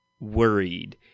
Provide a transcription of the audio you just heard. worried